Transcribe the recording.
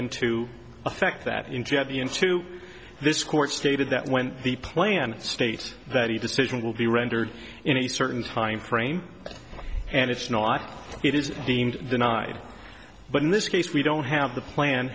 into effect that in jeb into this court stated that when the planet states that he decision will be rendered in a certain timeframe and it's not i think it is deemed denied but in this case we don't have the plan